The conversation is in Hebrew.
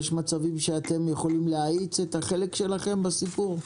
יש מצבים שאתם יכולים להאיץ את החלק שלכם בדבר?